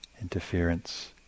interference